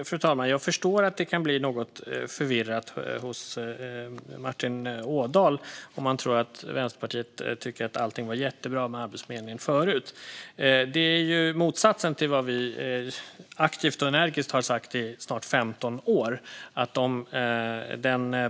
Fru talman! Jag förstår att det kan bli något förvirrat för Martin Ådahl om han tror att Vänsterpartiet tycker att allting med Arbetsförmedlingen var jättebra förut. Det är motsatsen till vad vi aktivt och energiskt har sagt i snart 15 år.